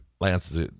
Lance